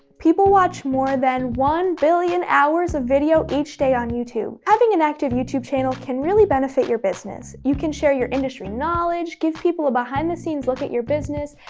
people watch more than one billion hours of video each day on youtube. having an active youtube channel can really benefit your business. you can share your industry knowledge, give people a behind-the-scenes look at your business,